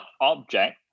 object